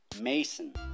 Mason